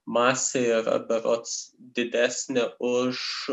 masė yra berods didesnė už